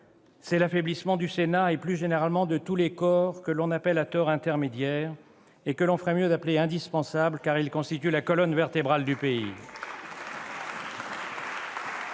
c'est l'affaiblissement du Sénat et, plus généralement, de tous les corps que l'on appelle à tort « intermédiaires » et que l'on ferait mieux d'appeler « indispensables », car ils constituent la colonne vertébrale du pays. Il me